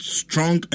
strong